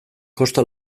kosta